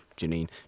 Janine